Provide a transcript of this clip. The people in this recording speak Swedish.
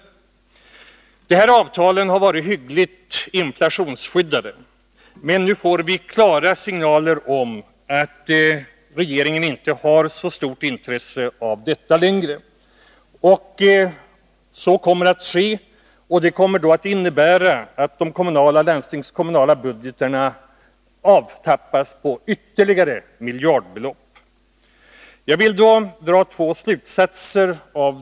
Avtalen har varit hyggligt inflationsskyddade, men nu får vi klara signaler om att regeringen inte har så stort intresse av detta längre. Det innebär att de kommunala och landstingskommunala budgetarna avtappas på ytterligare miljardbelopp. Jag vill av detta dra två slutsatser.